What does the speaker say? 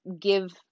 give